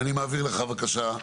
ואני מעביר לך בבקשה,